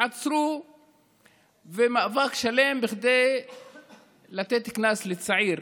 הם עשו במאבק שלם כדי לתת קנס לצעיר,